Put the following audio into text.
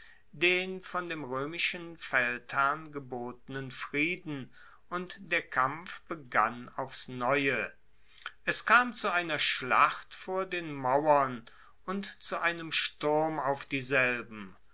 den von dem roemischen feldherrn gebotenen frieden und der kampf begann aufs neue es kam zu einer schlacht vor den mauern und zu einem sturm auf dieselben